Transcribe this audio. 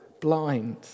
blind